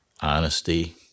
honesty